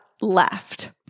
left